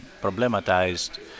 problematized